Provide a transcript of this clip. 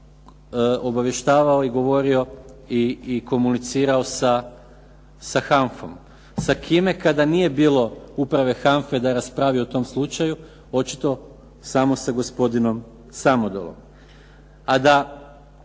obavještavao i govorio i komunicirao sa HANFA-om. Sa kime kada nije bilo uprave HANFA-e da raspravi o tom slučaju, očito samo sa gospodinom Samodolom.